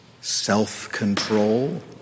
self-control